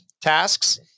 tasks